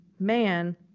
man